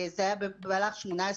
זה היה במהלך 2019-2018,